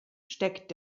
steckt